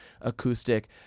acoustic